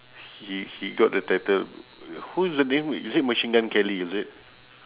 he he got the title who's the name is it machine gun kelly is it